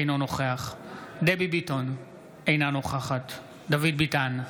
אינו נוכח דבי ביטון, אינה נוכחת דוד ביטן,